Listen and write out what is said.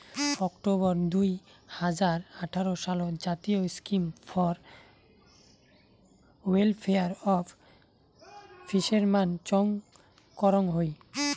October দুই হাজার আঠারো সালত জাতীয় scheme for welfare of fishermen চং করং হই